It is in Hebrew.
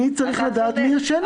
אני צריך לדעת מי ישן אצלי.